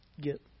get